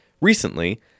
recently